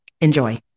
Enjoy